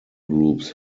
groups